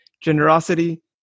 generosity